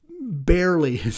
barely